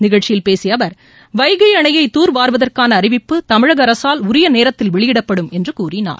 நிகழ்ச்சியில் பேசிய அவர் வைகை அணையை தூர்வாருவதற்கான அறிவிப்பு தமிழக அரசால் உரியநேரத்தில் வெளியிடப்படும் என்று கூறினார்